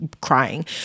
crying